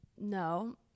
no